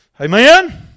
Amen